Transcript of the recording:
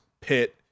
Pitt